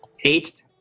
Eight